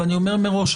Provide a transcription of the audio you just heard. ואני אומר מראש,